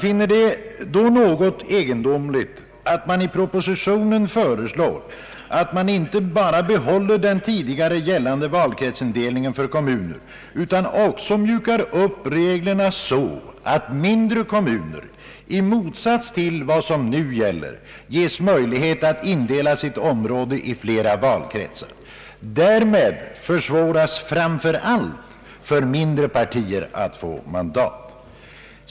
Det är då något egendomligt att man i propositionen föreslår att vi inte bara skall behålla den tidigare valkretsindelningen för kommuner utan att man också mjukar upp reglerna så att mindre kommuner i motsats till vad som nu gäller ges möjlighet att indela sitt område i flera valkretsar. Därmed försvåras framför allt för mindre partier att få mandat.